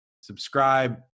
subscribe